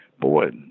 boy